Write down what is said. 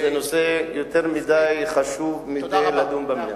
זה נושא יותר מדי חשוב כדי לדון בו במליאה.